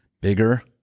bigger